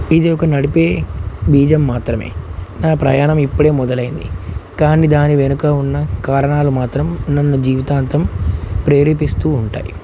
ఇది ఒక నడిపే బీజం మాత్రమే నా ప్రయాణం ఇప్పుడే మొదలైంది కానీ దాని వెనుక ఉన్న కారణాలు మాత్రం నన్ను జీవితాంతం ప్రేరేపిస్తూ ఉంటాయి